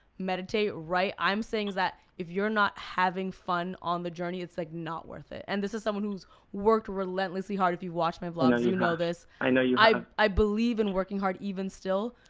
meditate, write. i'm saying is that if you're not having fun on the journey, it's like not worth it. and this is someone who's worked relentlessly hard. if you've watched my vlogs, you know this. i know you have. i believe in working hard even still,